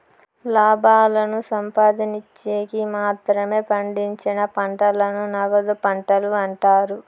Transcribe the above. లాభాలను సంపాదిన్చేకి మాత్రమే పండించిన పంటలను నగదు పంటలు అంటారు